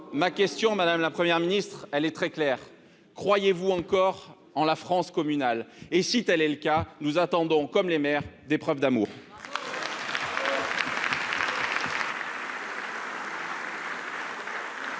Ma question, madame la Première ministre, est très claire : croyez-vous encore en la France communale ? Si tel est le cas, nous attendons, comme les maires, des preuves d'amour.